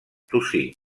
tossir